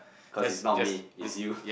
cause it's not me is you